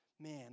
Man